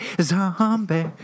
Zombie